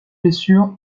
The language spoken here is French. blessures